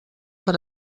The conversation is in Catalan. per